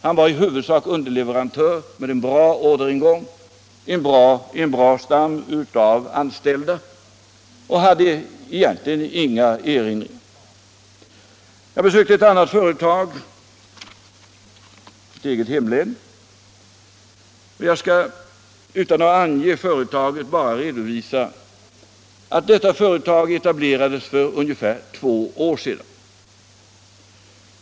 Han var i huvudsak underleverantör och hade bra orderingång, en bra stam av anställda, och han hade egentligen inga erinringar. Jag besökte ett annat företag i mitt eget hemlän, och jag skall — utan att ange vilket företag det är fråga om — redovisa några siffror om det. Företaget etablerades för ungefär två år sedan.